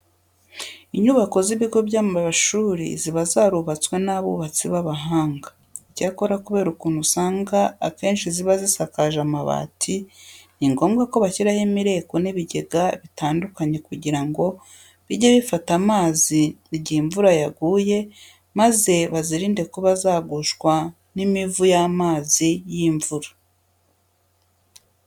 Inyubako z'ibigo by'amashuri ziba zarubatswe n'abubatsi b'abahanga. Icyakora kubera ukuntu usanga akenshi ziba zisakajwe amabati, ni ngombwa ko bashyiraho imireko n'ibigega bitandukanye kugira ngo bijye bifata amazi igihe imvura yaguye maze bizirinde kuba zagushwa n'umuvu w'amazi y'imvura.